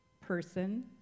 person